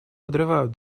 подрывают